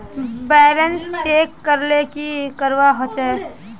Balance check करले की करवा होचे?